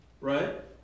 right